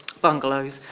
bungalows